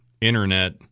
internet